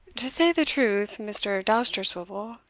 to say the truth, mr. dousterswivel,